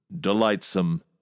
delightsome